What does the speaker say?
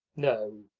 no,